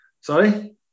Sorry